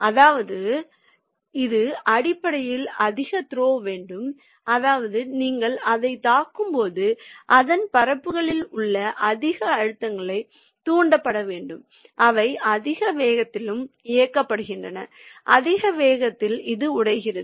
அதாவது அது அடிப்படையில் அதிக த்ரோ வேண்டும் அதாவது நீங்கள் அதை தாக்கும் போது அதன் பரப்புகளில் உங்கள் அதிக அழுத்தங்கள் தூண்டப்பட வேண்டும் அவை அதிக வேகத்திலும் இயக்கப்படுகின்றன அதிக வேகத்தில் அது உடைகிறது